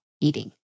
eating